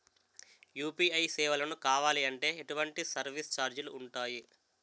UPI సేవలను కావాలి అంటే ఎటువంటి సర్విస్ ఛార్జీలు ఉంటాయి?